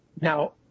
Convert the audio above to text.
Now